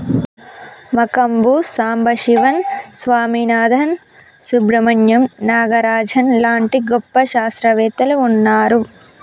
మంకంబు సంబశివన్ స్వామినాధన్, సుబ్రమణ్యం నాగరాజన్ లాంటి గొప్ప శాస్త్రవేత్తలు వున్నారు